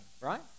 right